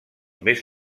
més